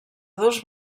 dos